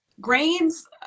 grains